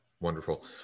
wonderful